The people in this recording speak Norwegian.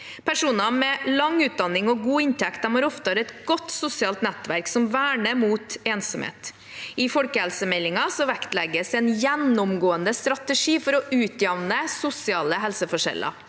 Personer med lang utdanning og god inntekt har oftere et godt sosialt nettverk som verner mot ensomhet. I folkehelsemeldingen vektlegges en gjennomgående strategi for å utjevne sosiale helseforskjeller.